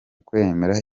kwemera